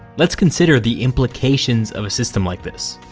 let's consider the implications of a system like this.